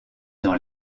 dans